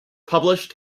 published